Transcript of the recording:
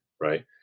right